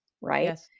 right